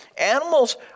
Animals